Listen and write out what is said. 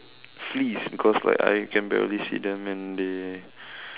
fleas because like I can barely see them and they